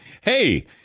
Hey